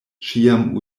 ĉiam